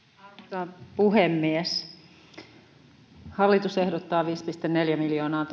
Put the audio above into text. arvoisa puhemies hallitus tosiaan ehdottaa viisi pilkku neljä miljoonaa